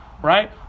Right